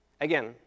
Again